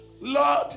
Lord